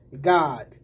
God